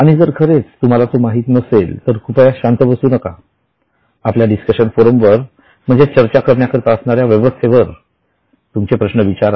आणि जर खरेच तुम्हाला तो माहित नसेल तर कृपया शांत बसू नका आपल्या डिस्कशन फोरमवर म्हणजे चर्चे करिता असणाऱ्या व्यवस्थेवर तुमचे प्रश्न विचारा